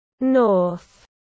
North